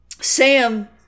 Sam